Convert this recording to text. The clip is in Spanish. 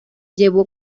llevó